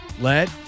let